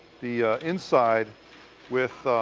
the inside with